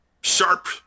sharp